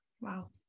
Wow